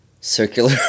circular